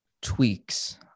tweaks